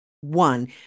one